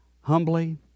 humbly